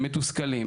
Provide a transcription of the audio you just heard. שהם מתוסכלים,